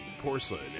porcelain